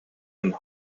and